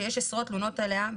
שיש עשרות תלונות עליה,